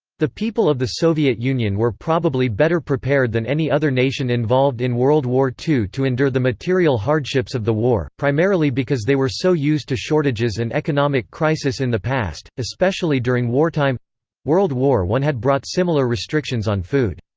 the people of the soviet union were probably better prepared than any other nation involved in world war ii to endure the material hardships of the war primarily because they were so used to shortages and economic crisis in the past, especially during wartime world war i had brought similar restrictions on food.